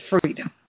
freedom